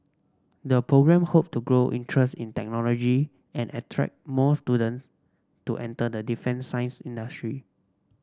the programme hope to grow interest in technology and attract more students to enter the defence science industry